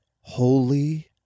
holy